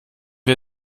wir